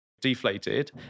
deflated